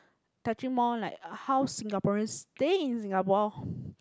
touching more like how Singaporeans stay in Singapore